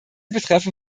betreffen